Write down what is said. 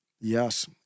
Yes